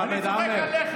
אני צוחק.